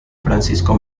francisco